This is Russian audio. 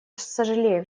сожалеем